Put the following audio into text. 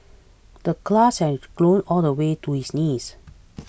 the grass had grown all the way to his knees